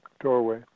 doorway